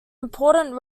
important